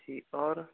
जी और